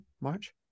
March